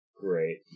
Great